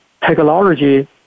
technology